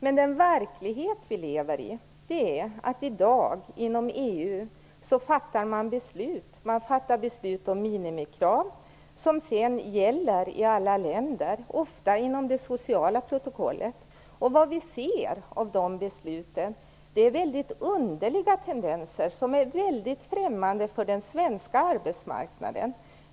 Men i den verklighet vi lever i i dag fattar man inom EU beslut om minimikrav som sedan gäller i alla länder, ofta inom det sociala protokollet. Vad vi ser av de besluten är underliga tendenser som är väldigt främmande för den svenska arbetsmarknaden.